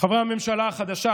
חברי הממשלה החדשה,